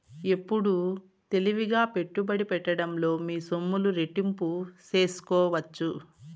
ఎప్పుడు తెలివిగా పెట్టుబడి పెట్టడంలో మీ సొమ్ములు రెట్టింపు సేసుకోవచ్చు